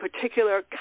particular